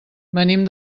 venim